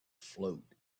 float